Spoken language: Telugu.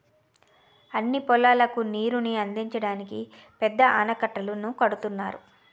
అన్ని పొలాలకు నీరుని అందించడానికి పెద్ద ఆనకట్టలు కడుతున్నారు